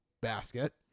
basket